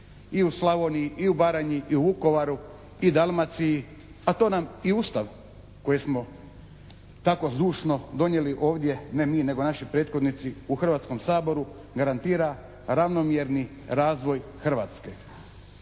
i u Slavoniji i u Baranji i u Vukovaru i Dalmaciji, a to nam i Ustav koji smo tako zdušno donijeli ovdje, ne mi nego naši prethodnici u Hrvatskom saboru garantira ravnomjerni razvoj Hrvatske.